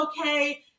okay